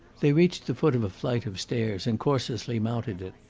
they reached the foot of a flight of stairs, and cautiously mounted it.